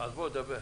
תדבר.